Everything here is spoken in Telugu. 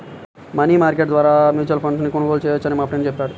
మనీ మార్కెట్ ద్వారా మ్యూచువల్ ఫండ్ను కొనుగోలు చేయవచ్చని మా ఫ్రెండు చెప్పాడు